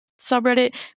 subreddit